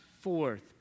forth